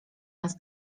nas